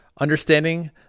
Understanding